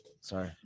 Sorry